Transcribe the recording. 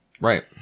Right